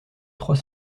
trois